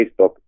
Facebook